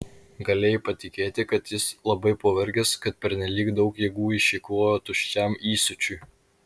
galėjai patikėti kad jis labai pavargęs kad pernelyg daug jėgų išeikvojo tuščiam įsiūčiui